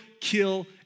kill